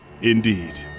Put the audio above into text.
Indeed